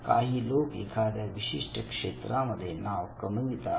काही लोक एखाद्या विशिष्ट क्षेत्रांमध्ये नाव कमवितात